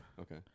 Okay